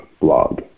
blog